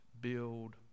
build